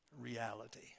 reality